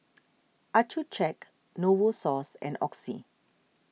Accucheck Novosource and Oxy